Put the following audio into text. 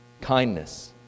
Kindness